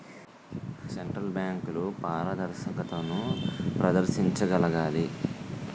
central బ్యాంకులు పారదర్శకతను ప్రదర్శించగలగాలి